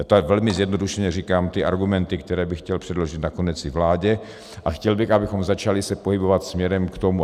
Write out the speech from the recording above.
Já tady velmi zjednodušeně říkám ty argumenty, které bych chtěl předložit nakonec i vládě, a chtěl bych, abychom začali se pohybovat směrem k tomu.